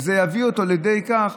וזה יביא אותו לידי כך,